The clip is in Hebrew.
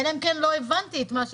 אלא אם כן לא הבנתי את מה שהסברת.